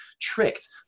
tricked